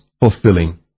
fulfilling